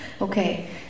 Okay